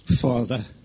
Father